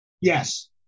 yes